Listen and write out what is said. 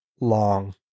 long